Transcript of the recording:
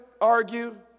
argue